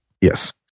Yes